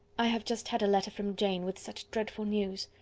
i have just had a letter from jane, with such dreadful news.